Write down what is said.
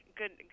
good